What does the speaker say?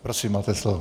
Prosím, máte slovo.